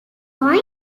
point